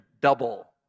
double